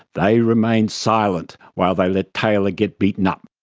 they remained silent while they let taylor get beaten up.